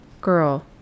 girl